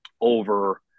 over